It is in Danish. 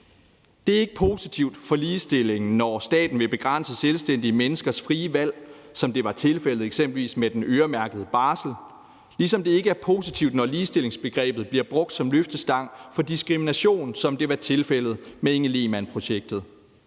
Det er ikke positivt for ligestillingen, når staten vil begrænse selvstændige menneskers frie valg, som det eksempelvis var tilfældet med den øremærkede barsel, ligesom det ikke er positivt, når ligestillingsbegrebet bliver brugt som løftestang for diskrimination, som det var tilfældet med Inge Lehmann-projektet.